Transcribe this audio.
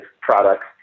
products